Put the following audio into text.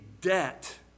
debt